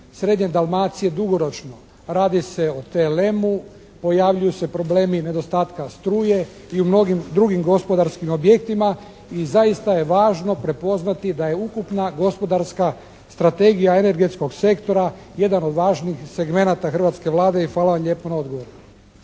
srednje Dalmacije dugoročno. Radi se o TLM-u. Pojavljuju se problemi nedostatka struje i u mnogim drugim gospodarskim objektima i zaista je važno prepoznati da je ukupna gospodarska strategija energetskog sektora jedan od važnih segmenata hrvatske Vlade i hvala vam lijepo na odgovoru.